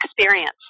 experience